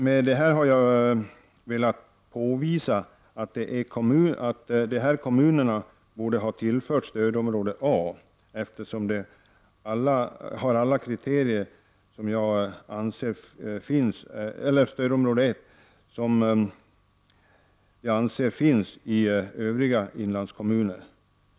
Med det här har jag velat påvisa att dessa kommuner borde ha förts till stödområde 1, eftersom de — enligt min mening — har alla kriterier som finns i övriga inlandskommuner.